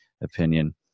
opinion